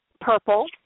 purple